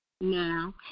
Now